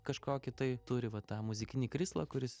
kažkokį tai turi va tą muzikinį krislą kuris